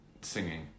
singing